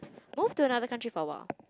move to another country for awhile